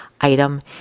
item